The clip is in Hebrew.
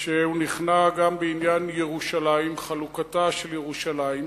שהוא נכנע גם בעניין ירושלים, חלוקתה של ירושלים.